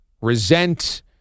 resent